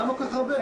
למה כל כך הרבה?